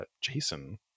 Jason